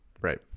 Right